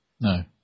No